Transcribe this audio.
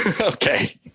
Okay